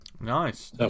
Nice